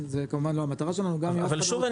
זו כמובן לא המטרה שלנו -- אבל שוב,